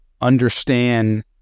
understand